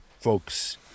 folks